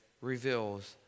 reveals